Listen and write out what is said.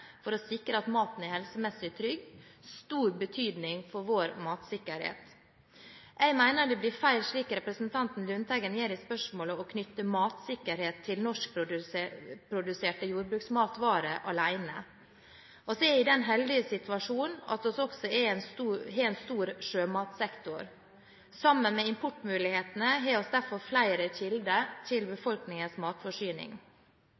for å sikre at maten er helsemessig trygg, stor betydning for vår matvaresikkerhet. Jeg mener det blir feil, slik representanten Lundteigen gjør i spørsmålet, å knytte matsikkerhet til norskproduserte jordbruksmatvarer alene. Vi er i den heldige situasjon at vi også har en stor sjømatsektor. Sammen med importmulighetene har vi derfor flere kilder til